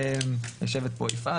יושבת פה יפעת,